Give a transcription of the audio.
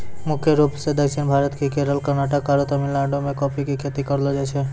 मुख्य रूप सॅ दक्षिण भारत के केरल, कर्णाटक आरो तमिलनाडु मॅ कॉफी के खेती करलो जाय छै